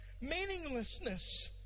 Meaninglessness